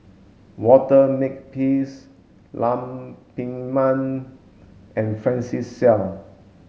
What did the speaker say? Walter Makepeace Lam Pin Min and Francis Seow